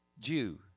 Jew